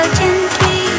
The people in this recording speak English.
gently